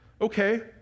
okay